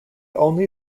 only